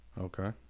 Okay